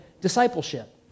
discipleship